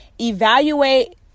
evaluate